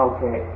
Okay